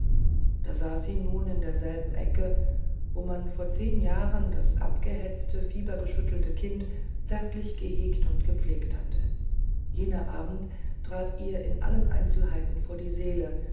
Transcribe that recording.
da saß sie nun in derselben ecke wo man vor zehn jahren das abgehetzte fiebergeschüttelte kind zärtlich gehegt und gepflegt hatte jener abend trat ihr in allen einzelheiten vor die seele